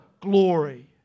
glory